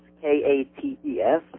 K-A-T-E-S